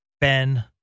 Ben